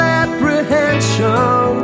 apprehension